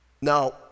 Now